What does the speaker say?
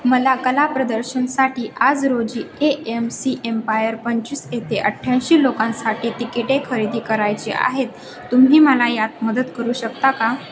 मला कला प्रदर्शनासाठी आज रोजी ए एम सी एम्पायर पंचवीस येथे अठ्ठ्याऐंशी लोकांसाठी तिकिटे खरेदी करायची आहेत तुम्ही मला यात मदत करू शकता का